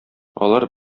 алар